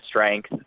strength